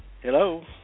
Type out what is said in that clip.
Hello